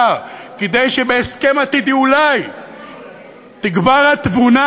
כדי שבהסכם עתידי אולי תגבר התבונה,